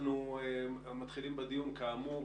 אנחנו עוברים לדיון הבא.